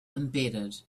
embedded